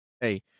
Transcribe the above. hey